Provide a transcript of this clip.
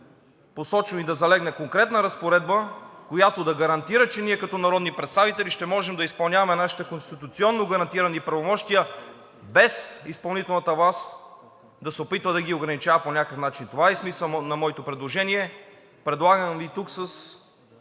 посочено и да залегне конкретна разпоредба, която да гарантира, че ние като народни представители ще можем да изпълняваме нашите конституционно гарантирани правомощия, без изпълнителната власт да се опитва да ги ограничава по някакъв начин. Това е смисълът на моето предложение. Предлагам Ви тук със